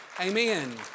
Amen